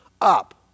Up